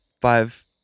five